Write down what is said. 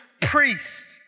priest